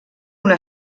una